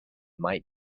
might